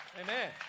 Amen